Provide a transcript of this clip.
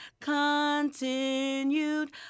continued